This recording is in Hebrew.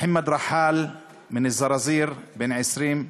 מוחמד רחאל מזרזיר, בן 20,